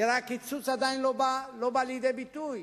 כי הרי הקיצוץ עדיין לא בא לידי ביטוי,